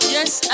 Yes